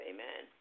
Amen